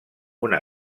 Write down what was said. una